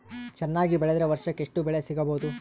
ಚೆನ್ನಾಗಿ ಬೆಳೆದ್ರೆ ವರ್ಷಕ ಎಷ್ಟು ಬೆಳೆ ಸಿಗಬಹುದು?